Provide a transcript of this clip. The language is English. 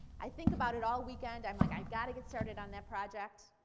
i think about it all weekend, i'm like i've got to get started on that project,